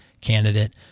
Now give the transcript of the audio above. Candidate